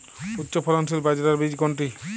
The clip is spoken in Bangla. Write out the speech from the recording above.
উচ্চফলনশীল বাজরার বীজ কোনটি?